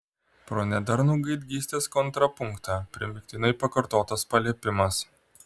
pro nedarnų gaidgystės kontrapunktą primygtinai pakartotas paliepimas